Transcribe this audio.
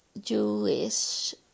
Jewish